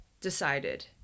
decided